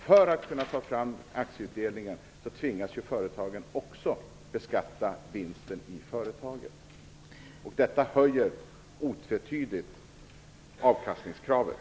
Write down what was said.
För att kunna ta fram aktieutdelningen tvingas ju företagen också beskatta vinsten i företagen. Detta höjer otvetydigt avkastningskravet.